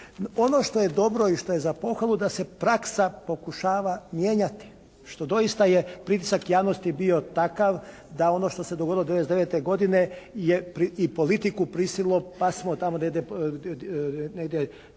Ono što je dobro i što je za pohvalu da se praksa pokušava mijenjati što doista je pritisak javnosti bio takav da ono što se dogodilo 99. godine je i politiku prisilo pa smo tamo negdje